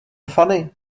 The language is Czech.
fany